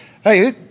hey